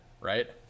right